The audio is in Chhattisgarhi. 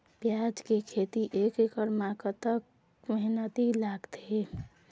प्याज के खेती एक एकड़ म कतक मेहनती लागथे?